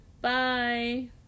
Bye